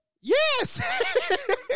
Yes